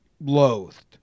Loathed